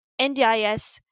NDIS